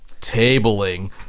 Tabling